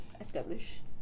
establish